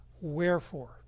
wherefore